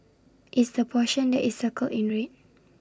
it's the portion that is circled in red